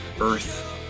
earth